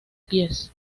pies